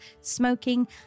smoking